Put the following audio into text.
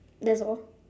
that's all